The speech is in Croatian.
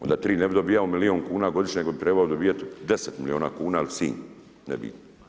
Onda 3 ne bi dobivali milijuna kuna godišnje nego bi trebali dobivati 10 milijuna kuna ali Sinj, ne bi.